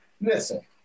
Listen